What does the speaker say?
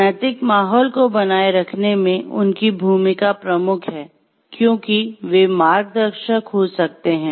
नैतिक माहौल को बनाए रखने में उनकी भूमिका प्रमुख है क्योंकि वे मार्गदर्शक हो सकते हैं